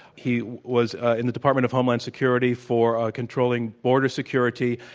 he was in the department of homeland security for controlling border security,